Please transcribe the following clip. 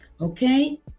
okay